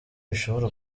bishobora